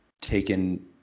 taken